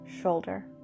shoulder